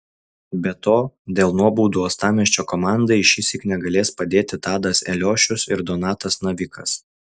be to dėl nuobaudų uostamiesčio komandai šįsyk negalės padėti tadas eliošius ir donatas navikas